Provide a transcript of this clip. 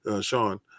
sean